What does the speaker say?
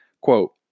quote